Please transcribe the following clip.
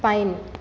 pine